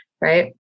right